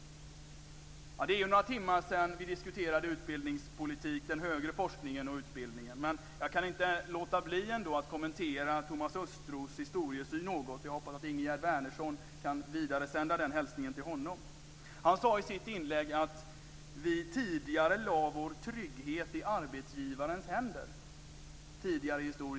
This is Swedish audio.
De är några timmar sedan vi diskuterade utbildningspolitiken för den högre forskningen och utbildningen. Men jag kan inte låta bli att kommentera Thomas Östros historiesyn något. Jag hoppas att Ingegerd Wärnersson kan sända den hälsningen vidare till honom. Han sade i sitt inlägg att vi tidigare i historien lade vår trygghet i arbetsgivarens händer.